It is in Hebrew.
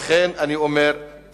אינם גורמים למהפך בהעלאת האנשים האלה,